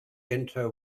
inter